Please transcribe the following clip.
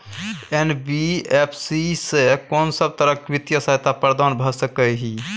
NBFC स कोन सब तरह के वित्तीय सहायता प्रदान भ सके इ? इ